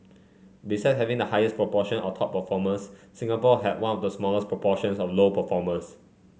besides having the highest proportion of top performers Singapore had one of the smallest proportions of low performers